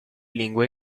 lingua